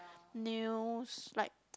news like